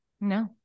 No